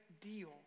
deal